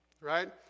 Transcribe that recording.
right